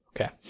okay